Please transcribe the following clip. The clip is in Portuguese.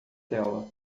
tela